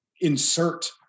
insert